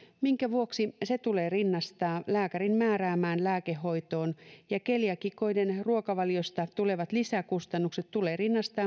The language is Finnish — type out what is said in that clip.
minkä vuoksi se tulee rinnastaa lääkärin määräämään lääkehoitoon ja keliaakikoiden ruokavaliosta tulevat lisäkustannukset tulee rinnastaa